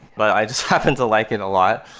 but i just happen to like it a lot.